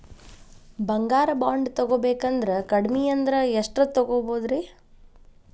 ಬಂಗಾರ ಬಾಂಡ್ ತೊಗೋಬೇಕಂದ್ರ ಕಡಮಿ ಅಂದ್ರ ಎಷ್ಟರದ್ ತೊಗೊಬೋದ್ರಿ?